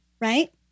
right